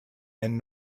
and